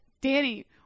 danny